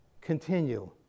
Continue